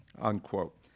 unquote